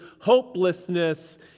hopelessness